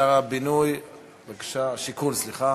שר הבינוי והשיכון, בבקשה,